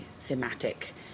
thematic